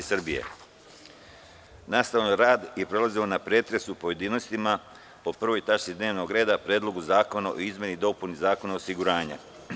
Nastavljamo rad i prelazimo na pretres u pojedinostima po Prvoj tački dnevnog reda – PREDLOGU ZAKONA O IZMENI I DOPUNI ZAKONA O OSIGURANjU.